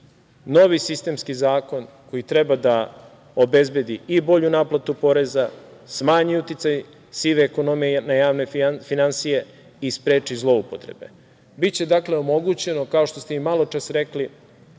sistemski zakon koji treba da obezbedi i bolju naplatu poreza, smanji uticaj sive ekonomije na javne finansije i spreči zloupotrebe, biće omogućeno, kao što ste i malo čas rekli